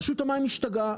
רשות המים השתגעה,